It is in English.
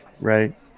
Right